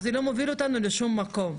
זה לא מוביל אותנו לשום מקום.